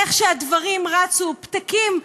איך שהדברים רצו, פתקים.